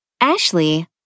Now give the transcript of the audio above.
Ashley